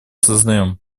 сознаем